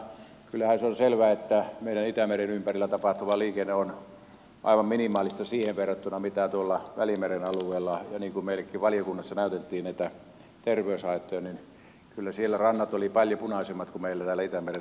kyllähän se on selvää että meidän itämeren ympärillä tapahtuva liikenne on aivan minimaalista siihen verrattuna mitä tuolla välimeren alueella on ja niin kuin meillekin valiokunnassa näytettiin näitä terveyshaittoja niin kyllä siellä rannat olivat paljon punaisemmat kuin meillä täällä itämeren alueella